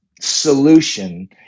solution